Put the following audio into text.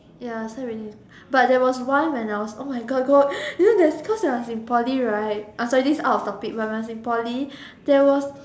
ya try already but there once when I was oh my god go you know there's cause I was in Poly right oh sorry this is out of topic but when I was in Poly there was